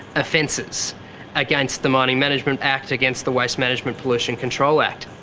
offences against the mining management act, against the waste management pollution control act.